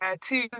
two